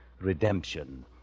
redemption